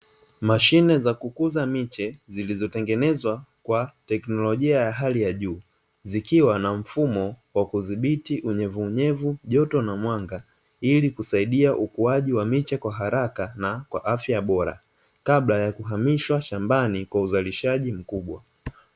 Mashine za kukuza miche, zilizotengenezwa kwa teknolojia ya hali ya juu, zikiwa na mfumo wa kudhibiti unyevunyevu, joto na mwanga ili kusaidia ukuaji wa miche kwa haraka na kwa afya bora kabla ya kuhamishwa shambani kwa uzalishaji mkubwa.